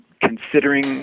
considering